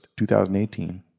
2018